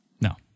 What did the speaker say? No